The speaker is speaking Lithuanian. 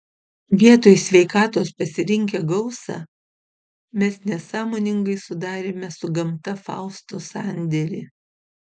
vietoj sveikatos pasirinkę gausą mes nesąmoningai sudarėme su gamta fausto sandėrį